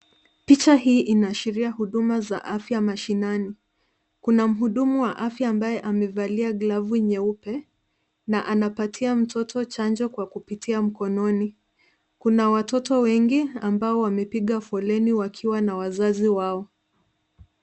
Picha hii inaashiria huduma za afya mashinani. Kuna mhudumu wa afya ambaye amevalia glovu nyeupe na anapatia mtoto chanjo kwa kupitia mkononi. Kuna watoto wengi ambao wamepiga foleni wakiwa na wazazi wao.